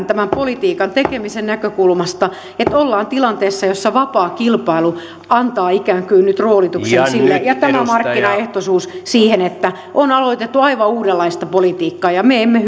tämän politiikan tekemisen näkökulmasta että ollaan tilanteessa jossa vapaa kilpailu antaa ikään kuin nyt roolituksen sille ja tämä markkinaehtoisuus siihen että on aloitettu aivan uudenlaista politiikkaa me emme